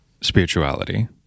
spirituality